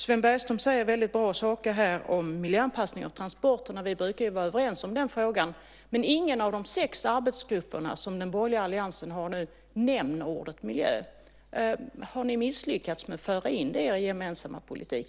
Sven Bergström säger väldigt bra saker här om miljöanpassningen av transporterna. Vi brukar vara överens om den frågan. Men ingen av de sex arbetsgrupper som den borgerliga alliansen har nu nämner ordet miljö. Har ni misslyckats med att föra in det i er gemensamma politik?